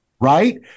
Right